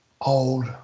old